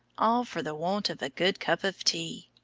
all for the want of a good cup of tea.